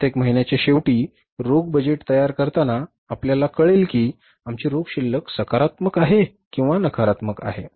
प्रत्येक महिन्याच्या शेवटी रोख बजेट तयार करताना आपल्याला कळेल की आमची रोख शिल्लक सकारात्मक आहे किंवा नकारात्मक आहे